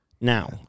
Now